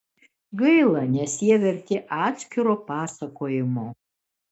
gaila nes jie verti atskiro pasakojimo